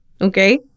okay